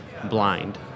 Blind